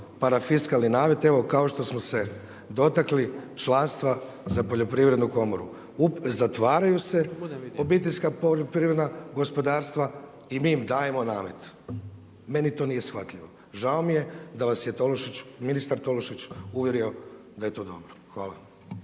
parafiskalni namet evo kao što smo se dotakli članstva za Poljoprivrednu komoru. Zatvaraju se OPG-i i mi im dajemo namet, meni to nije shvatljivo. Žao mi je da vas je ministar Tolušić uvjerio da je to dobro. Hvala.